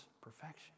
perfection